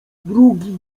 drugi